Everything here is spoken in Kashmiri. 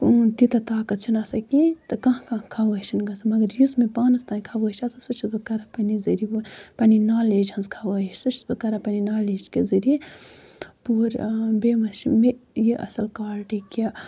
تیوٗتاہ طاقت چھُنہٕ آسان کیٚنٛہہ تہٕ کانٛہہ کانٛہہ خَوٲہِش چھِنہٕ گژھان مَگر یُس مےٚ پانَس تانۍ خَوٲہِش چھےٚ آسان سۄ چھس بہٕ کران پَنٕنہِ ذٔریعہٕ پوٗرٕ پَنٕنۍ نالیج ہنٛز خَوٲہِش سۄ چھَس بہٕ کران پَنٕنہِ نالیج کہِ ذٔریعہٕ پوٗرٕ بیٚیہِ ما چھُ مےٚ یہِ اَصٕل کالٹی کہِ